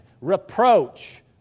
reproach